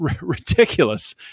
ridiculous